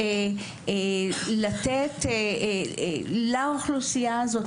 לתת לאוכלוסייה הזאת.